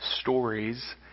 stories